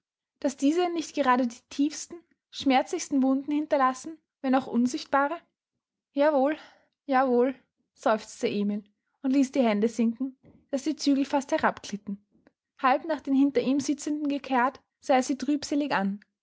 daß diese nicht gerade die tiefsten schmerzlichsten wunden hinterlassen wenn auch unsichtbare ja wohl ja wohl seufzte emil und ließ die hände sinken daß die zügel fast herabglitten halb nach den hinter ihm sitzenden gekehrt sah er sie trübselig an